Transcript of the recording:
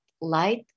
light